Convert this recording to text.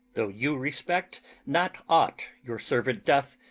though you respect not aught your servant doth,